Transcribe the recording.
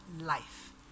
life